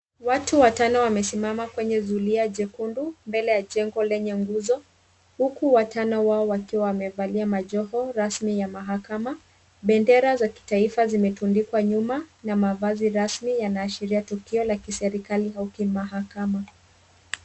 Watu watano wamesimama kwenye zulia jekundu mbele ya jengo lenye nguzo. Huku watano wao wakiwa wamevalia majoho rasmi ya mahakama. Bendera za kitaifa zimetundikwa nyuma na mavazi rasmi yanaashiria tukio la kiserikali au kimahakama.